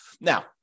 Now